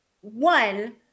one